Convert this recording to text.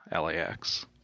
LAX